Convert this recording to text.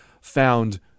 found